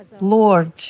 Lord